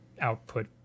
output